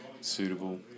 suitable